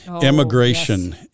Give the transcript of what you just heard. Immigration